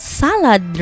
salad